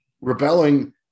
rebelling